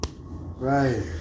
Right